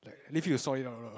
leave you to sort it out lah